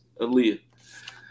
Aaliyah